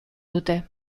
dute